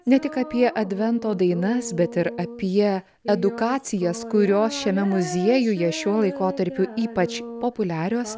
ne tik apie advento dainas bet ir apie edukacijas kurios šiame muziejuje šiuo laikotarpiu ypač populiarios